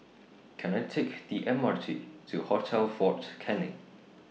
Can I Take The M R T to Hotel Fort Canning